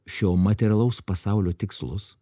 šio materialaus pasaulio tikslus